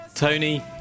Tony